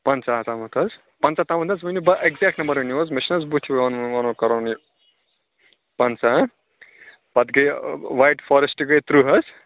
پنٛژاہ تامَتھ حظ پنٛژاہ تامَتھ حظ ؤنو بہٕ ایٚکزیکٹ نمبر ونِیو حظ مےٚ چھُنہٕ حظ بٕتھِ وَنُن کَرُن یہِ پَنٛژاہ پَتہٕ گٔے وایِٹ فارٮ۪سٹ گٔے تٕرٛہ حظ